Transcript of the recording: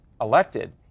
elected